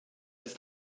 ist